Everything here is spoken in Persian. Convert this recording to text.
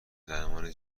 درمان